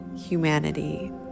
humanity